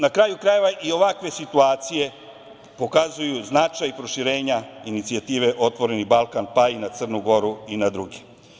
Na kraju krajeva i ovakve situacije pokazuju značaj proširenja inicijative „Otvoreni Balkan“, pa i na Crnu Goru i na druge.